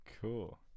Cool